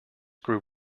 grew